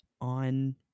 on